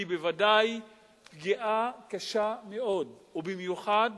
היא בוודאי פגיעה קשה מאוד, ובמיוחד